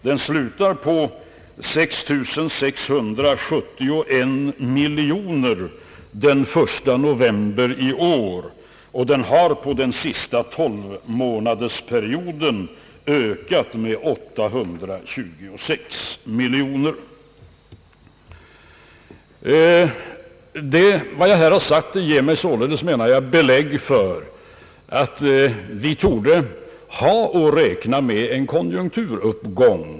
Den slutar på 6 671 miljoner kronor den 1 november i år, och den har under den sista tolvmånadersperioden ökat med 3826 miljoner kronor. Vad jag här har sagt ger mig, menar jag, belägg för att vi torde ha att räkna med en konjunkturuppgång.